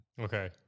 Okay